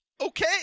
Okay